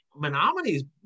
Menominee